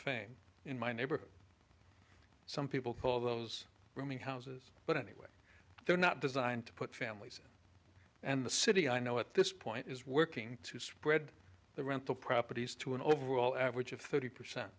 fame in my neighborhood some people call those rooming houses but anyway they're not designed to put families and the city i know at this point is working to spread their rental properties to an overall average of thirty percent